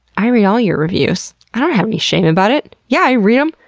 i read all your reviews. i don't have any shame about it. yeah, i read em!